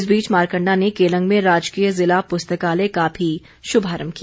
इस बीच मारकण्डा ने केलंग में राजकीय ज़िला पुस्तकालय का भी शुभारम्भ किया